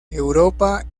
europa